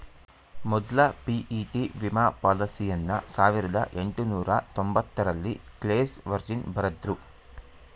ಮೊದ್ಲ ಪಿ.ಇ.ಟಿ ವಿಮಾ ಪಾಲಿಸಿಯನ್ನ ಸಾವಿರದ ಎಂಟುನೂರ ತೊಂಬತ್ತರಲ್ಲಿ ಕ್ಲೇಸ್ ವರ್ಜಿನ್ ಬರೆದ್ರು